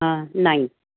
हां नाही